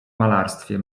malarstwie